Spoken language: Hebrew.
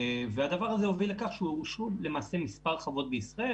הדבר הזה הוביל לכך שאושר מספר חוות בישראל,